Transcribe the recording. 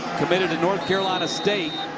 committed to north carolina state